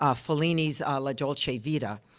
ah fellini's la dolce vita.